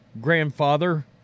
grandfather